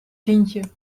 tientje